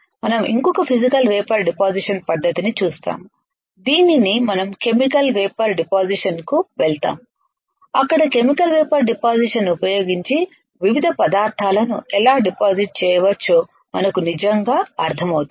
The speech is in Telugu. మనం ఇంకొక ఫిసికల్ వేపర్ డిపాసిషన్ పద్ధతిని చూస్తాము దీనిని మనం కెమికల్ వేపర్ డిపాసిషన్ కు వెళ్తాము అక్కడ కెమికల్ వేపర్ డిపాసిషన్ ను ఉపయోగించి వివిధ పదార్థాలను ఎలా డిపాజిట్ చేయవచ్చో మనకు నిజంగా అర్థం అవుతుంది